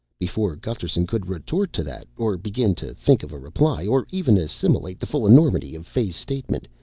before gusterson could retort to that, or begin to think of a reply, or even assimilate the full enormity of fay's statement,